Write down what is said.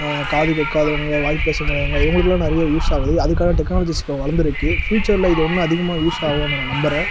காது கேட்காதவங்க வாய் பேச முடியாதவங்க இவங்களுக்குலாம் நிறைய யூஸ் ஆகுது அதற்கான டெக்னாலஜிஸ் இப்போ வளர்ந்துருக்கு ஃப்யூச்சரில் இது இன்னும் அதிகக யூஸ் ஆகும்னு நான் நம்புகிறேன்